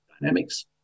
dynamics